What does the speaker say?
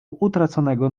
utraconego